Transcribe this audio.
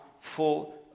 full